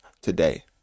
today